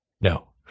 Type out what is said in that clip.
No